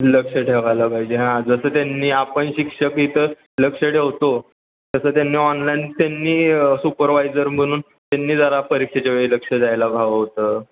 लक्ष ठेवायला पाहिजे हां जसं त्यांनी आपण शिक्षक इथं लक्ष ठेवतो तसं त्यांनी ऑनलाईन त्यांनी सुपरवायझर म्हणून त्यांनी जरा परीक्षेच्या वेळी लक्ष द्यायला हवं होतं